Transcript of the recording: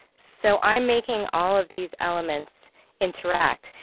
so i'm making all of these elements interact.